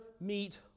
meet